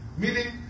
meaning